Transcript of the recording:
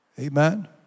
Amen